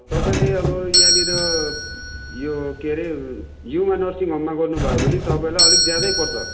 तपाईँले अब यहाँनिर यो के हरे युमा नर्सिङ होममा गर्नुभयो भने तपाईँलाई अलिक ज्यादै पर्छ